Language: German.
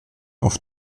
auf